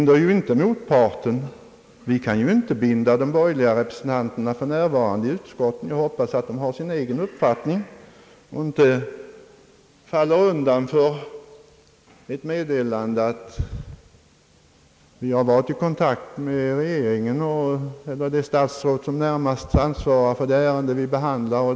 Det kan ju inte binda de borgerliga representanterna i utskotten. Jag hoppas att de har sin egen uppfattning om hur man löser den meningsskiljaktighet som uppkommit och inte faller undan för ett meddelande att vi har varit i kontakt med regeringen eller det statsråd som närmast ansvarar för det ärende vi behandlar.